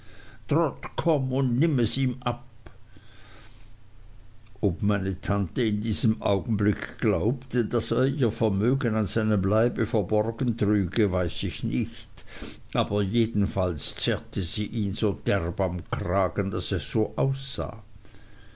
komm und nimm es ihm ab ob meine tante in diesem augenblick glaubte daß er ihr vermögen an seinem leibe verborgen trüge weiß ich nicht aber jedenfalls zerrte sie ihn so derb am kragen daß es so aussah